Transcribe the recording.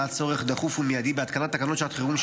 עלה צורך דחוף ומיידי בהתקנת תקנות שעת חירום,